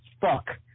fuck